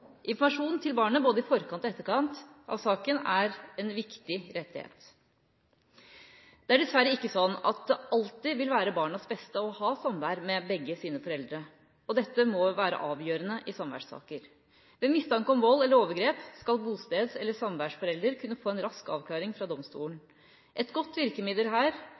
Informasjon til barnet både i forkant og etterkant av saken er en viktig rettighet. Det er dessverre ikke sånn at det alltid vil være barnas beste å ha samvær med begge sine foreldre, og dette må være avgjørende i samværssaker. Ved mistanke om vold eller overgrep skal bosteds- eller samværsforelder kunne få en rask avklaring fra domstolen. Et godt virkemiddel her